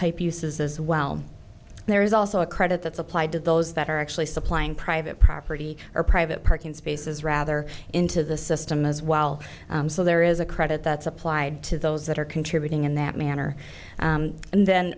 storage as well there is also a credit that's applied to those that are actually supplying private property or private parking spaces rather into the system as well so there is a credit that's applied to those that are contributing in that manner and then